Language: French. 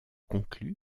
conclue